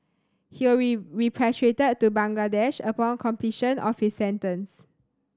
he will repatriated to Bangladesh upon completion of his sentence